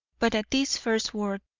but at this first word,